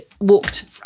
walked